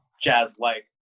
jazz-like